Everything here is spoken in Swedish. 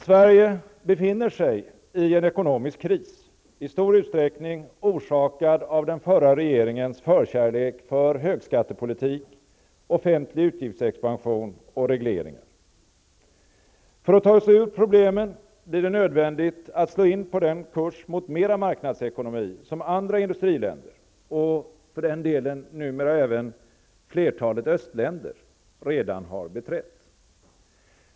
Sverige befinner sig i en ekonomisk kris, i stor utsträckning orsakad av den förra regeringens förkärlek för högskattepolitik, offentlig utgiftsexpansion och regleringar. För att ta oss ur problemen blir det nödvändigt att slå in på den kurs mot mera marknadsekonomi som andra industriländer -- och för den delen numera även flertalet östländer -- redan har beträtt.